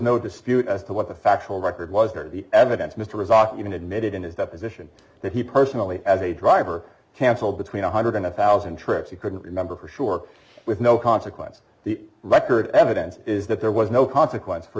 no dispute as to what the factual record was or the evidence mr was off even admitted in his deposition that he personally as a driver can fall between a hundred and one thousand trips he couldn't remember for sure with no consequence the record evidence is that there was no consequence for